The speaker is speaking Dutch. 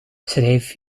schrijf